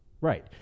Right